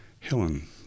Helen